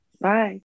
Bye